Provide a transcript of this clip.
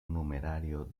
numerario